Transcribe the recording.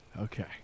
Okay